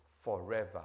forever